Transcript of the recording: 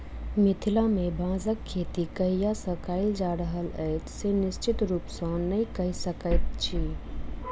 मिथिला मे बाँसक खेती कहिया सॅ कयल जा रहल अछि से निश्चित रूपसॅ नै कहि सकैत छी